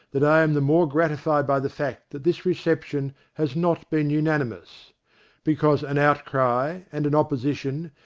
that i am the more gratified by the fact that this reception has not been unanimous because an outcry and an opposition,